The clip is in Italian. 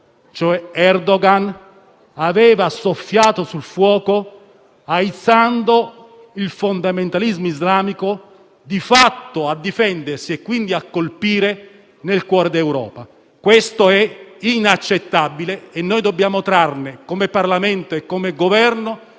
cioè Erdoğan, aveva soffiato sul fuoco, aizzando il fondamentalismo islamico, di fatto, a difendersi, quindi a colpire nel cuore d'Europa. Questo è inaccettabile e noi, come Parlamento e come Governo,